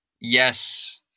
yes